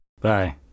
Bye